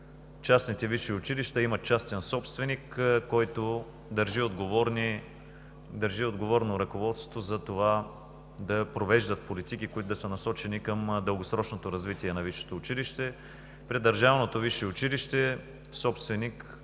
Частните висши училища имат частен собственик, който държи отговорно ръководството да провежда политики, насочени към дългосрочното развитие на висшето училище. При държавното висше училище собственик,